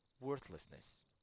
worthlessness